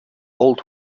old